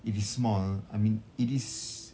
if is small I mean it is